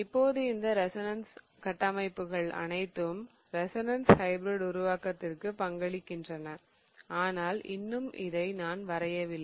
இப்போது இந்த ரெசோனன்ஸ் கட்டமைப்புகள் அனைத்தும் ரெசோனன்ஸ் ஹைபிரிட் உருவாக்கத்திற்கு பங்களிக்கின்றன ஆனால் இன்னும் அதை நான் வரவில்லை